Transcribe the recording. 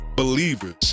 believers